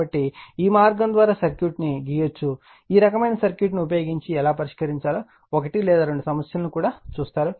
కాబట్టి ఈ మార్గం ద్వారా సర్క్యూట్ను గీయవచ్చు ఈ రకమైన సర్క్యూట్ను ఉపయోగించి ఎలా పరిష్కరించాలో ఒకటి లేదా రెండు సమస్యల ను కూడా చూస్తారు